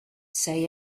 say